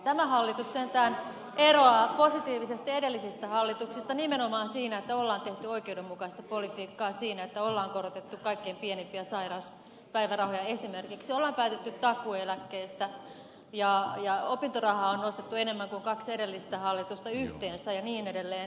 tämä hallitus sentään eroaa positiivisesti edellisistä hallituksista nimenomaan siinä että on tehty oikeudenmukaista politiikkaa siinä että on korotettu kaikkein pienimpiä sairauspäivärahoja esimerkiksi on päätetty takuu eläkkeestä ja opintorahaa on nostettu enemmän kuin kaksi edellistä hallitusta yhteensä ja niin edelleen